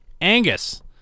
Angus